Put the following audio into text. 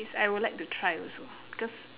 yes I would like to try also because